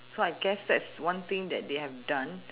so I guess that's one thing that they have done